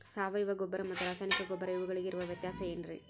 ಸಾವಯವ ಗೊಬ್ಬರ ಮತ್ತು ರಾಸಾಯನಿಕ ಗೊಬ್ಬರ ಇವುಗಳಿಗೆ ಇರುವ ವ್ಯತ್ಯಾಸ ಏನ್ರಿ?